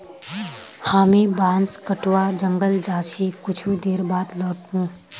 हामी बांस कटवा जंगल जा छि कुछू देर बाद लौट मु